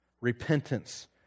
repentance